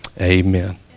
amen